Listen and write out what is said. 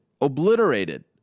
obliterated